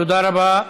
תודה רבה.